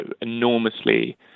enormously